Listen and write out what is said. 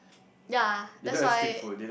ya that's why